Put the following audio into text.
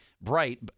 bright